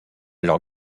leur